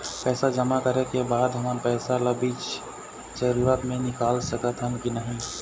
पैसा जमा करे के बाद हमन पैसा ला बीच जरूरत मे निकाल सकत हन की नहीं?